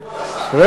לוד, כבוד השר.